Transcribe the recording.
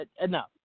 Enough